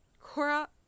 Cora